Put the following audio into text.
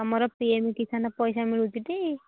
ଆମର ପିଏମ୍ କିସାନ ପଇସା ମିଳୁଛି ଟି